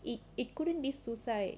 it couldn't be suicide